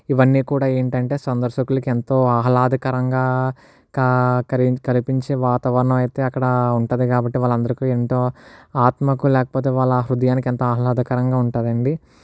ఇవన్నీ కూడా ఏంటంటే సందర్శకులకు ఎంతో ఆహ్లాదకరంగా క కరిగించి కనిపించే వాతావరణం అయితే అక్కడ ఉంటుంది కాబట్టి వాళ్లందరికీ ఎంతో ఆత్మకు లేకపోతే వాళ్ళ హృదయానికి ఎంతో ఆహ్లాదకరంగా ఉంటుందండి